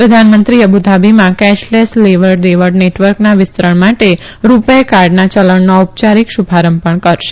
પ્રધાનમંત્રી અબુધાબીમાં કેશલેસ લેવડ દેવડ નેટવર્કના વિસ્તરણ માટે રૂપુ કાર્ડના ચલણનો ઔપયારિક શુભારંભ પણ કરશે